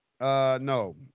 No